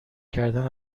کردن